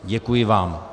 Děkuji vám.